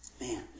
Man